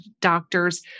doctors